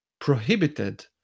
prohibited